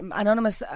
anonymous